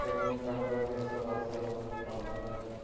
ଏବଂ ତାଙ୍କର ବେଶ ବାସ ଅଲଗା